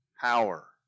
power